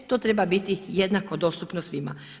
To treba biti jednako dostupno svima.